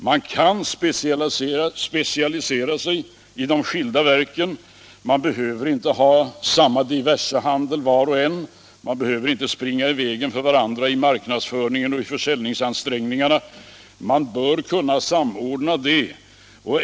Man kan specialisera sig i de skilda verken. Man behöver inte var och en ha samma diversehandel. Man behöver inte springa i vägen för varandra i marknadsföringen och i försäljningsansträngningarna — man bör kunna samordna det.